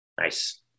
Nice